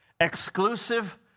exclusive